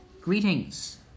greetings